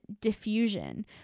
diffusion